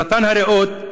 סרטן הריאות,